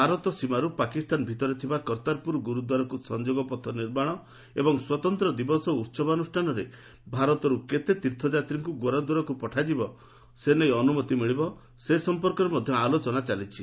ଭାରତ ସୀମାରୁ ପାକିସ୍ତାନ ଭିତରେ ଥିବା କର୍ତ୍ତାରପୁର ଗୁରୁଦ୍ୱାରକୁ ସଂଯୋଗ ପଥ ନିର୍ମାଣ ଏବଂ ସ୍ୱତନ୍ତ୍ର ଦିବସ ଓ ଉତ୍ସବାନୁଷ୍ଠାନରେ ଭାରତରୁ କେତେ ତୀର୍ଥଯାତ୍ରୀଙ୍କୁ ଗୁରୁଦ୍ୱାରକୁ ଯିବାପାଇଁ ଅନୁମତି ମିଳିବ ସେ ସମ୍ପର୍କରେ ମଧ୍ୟ ଆଲୋଚନା ଚାଲିଛି